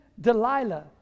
Delilah